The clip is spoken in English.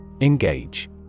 Engage